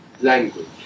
language